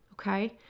okay